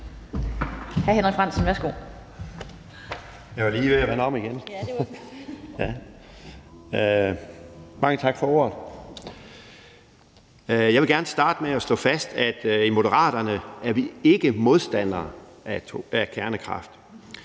Jeg vil gerne starte med at slå fast, at i Moderaterne er vi ikke modstandere af kernekraft.